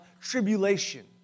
tribulation